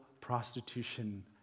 prostitution